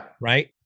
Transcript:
Right